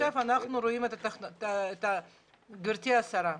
גברתי השרה,